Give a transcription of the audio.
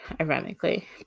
ironically